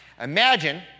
imagine